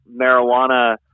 marijuana